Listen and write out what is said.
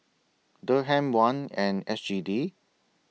Dirham Won and S G D